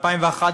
ב-2011,